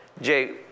Jay